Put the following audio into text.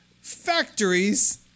factories